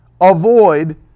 Avoid